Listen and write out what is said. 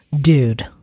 Dude